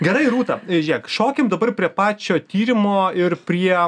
gerai rūta žiūrėk šokim dabar prie pačio tyrimo ir prie